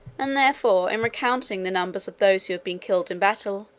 and therefore, in recounting the numbers of those who have been killed in battle,